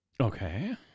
Okay